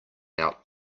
out